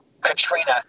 Katrina